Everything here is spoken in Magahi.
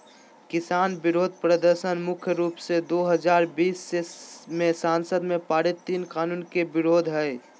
किसान विरोध प्रदर्शन मुख्य रूप से दो हजार बीस मे संसद में पारित तीन कानून के विरुद्ध हलई